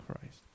Christ